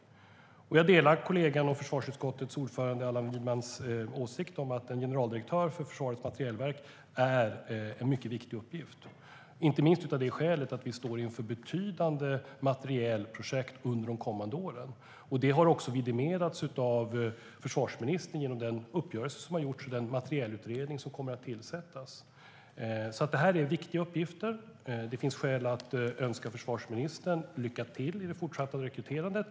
Jag delar kollegan och försvarsutskottets ordförande Allan Widmans åsikt att generaldirektören för Försvarets materielverk har en mycket viktig uppgift, inte minst av det skälet att vi står inför betydande materielprojekt under de kommande åren. Det har även vidimerats av försvarsministern genom den uppgörelse som har gjorts och den materielutredning som kommer att tillsättas. Det här är alltså viktiga uppgifter. Det finns skäl att önska försvarsministern lycka till i det fortsatta rekryterandet.